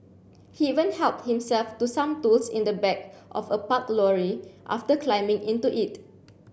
he even helped himself to some tools in the back of a parked lorry after climbing into it